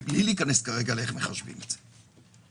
בלי להיכנס כרגע איך מחשבים את זה,